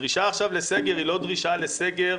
הדרישה עכשיו לסגר היא לא דרישה לסגר